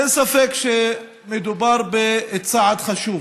אין ספק שמדובר בצעד חשוב